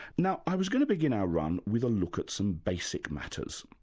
now i was going to begin our run with a look at some basic matters.